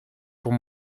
pour